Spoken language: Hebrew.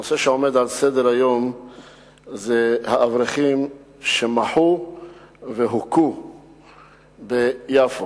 הנושא שעומד על סדר-היום זה האברכים שמחו והוכו ביפו.